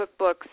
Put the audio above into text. cookbooks